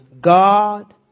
God